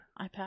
iPad